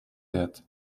wird